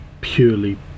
purely